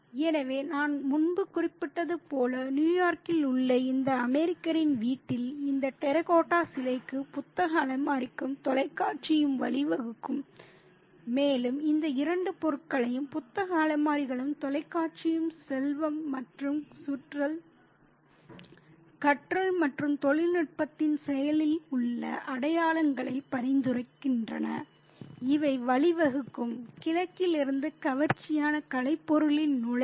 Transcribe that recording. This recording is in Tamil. எனவே நான் முன்பு குறிப்பிட்டது போல நியூயார்க்கில் உள்ள இந்த அமெரிக்கரின் வீட்டில் இந்த டெரகோட்டா சிலைக்கு புத்தக அலமாரிகளும் தொலைக்காட்சியும் வழிவகுக்கும் மேலும் இந்த இரண்டு பொருட்களும் புத்தக அலமாரிகளும் தொலைக்காட்சியும் செல்வம் மற்றும் கற்றல் மற்றும் தொழில்நுட்பத்தின் செயலில் உள்ள அடையாளங்களை பரிந்துரைக்கின்றன இவை வழிவகுக்கும் கிழக்கிலிருந்து கவர்ச்சியான கலை பொருளின் நுழைவு